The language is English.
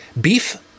beef